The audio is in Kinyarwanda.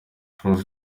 prof